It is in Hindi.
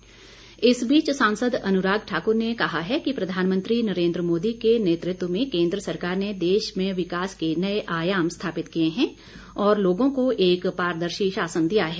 अनुराग ठाकुर इस बीच सांसद अनुराग ठाकुर ने कहा है कि प्रधानमंत्री नरेन्द्र मोदी के नेतृत्व में केन्द्र सरकार ने देश में विकास के नए आयाम स्थापित किए हैं और लोगों को एक पारदर्शी शासन दिया है